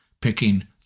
picking